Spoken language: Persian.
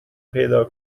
پیدا